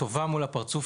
טובה מול הפרצוף.